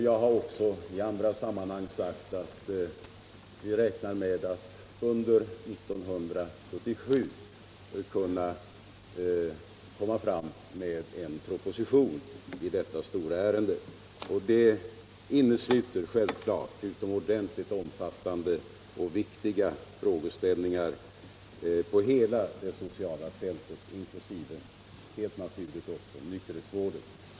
Jag har också i andra sammanhang sagt att vi räknar med att under 1977 kunna komma fram med en proposition i detta stora ärende. Det innesluter självklart utomordentligt omfattande och viktiga frågeställningar på hela det sociala fältet inklusive, helt naturligt, nykterhetsvården.